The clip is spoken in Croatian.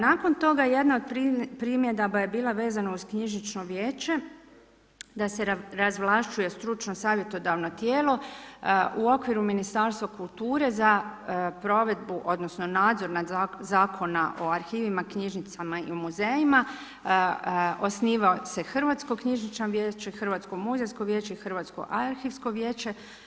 Nakon toga, jedna od primjedaba je bila vezano uz knjižnično vijeće da se razvlašćuje stručno savjetodavno tijelo u okviru Ministarstva kulture za provedbu odnosno nadzor nad Zakona o arhivima, knjižnicama i muzejima, osniva se Hrvatsko knjižnično vijeće, Hrvatsko muzejsko vijeće i Hrvatsko arhivsko vijeće.